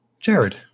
Jared